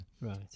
Right